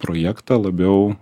projektą labiau